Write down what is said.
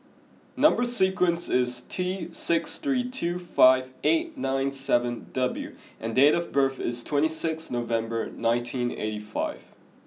number sequence is T six three two five eight nine seven W and date of birth is twenty six November nineteen eighty five